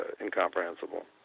incomprehensible